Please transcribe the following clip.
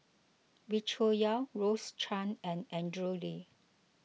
Wee Cho Yaw Rose Chan and Andrew Lee